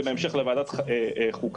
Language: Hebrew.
ובהמשך לוועדת החוקה,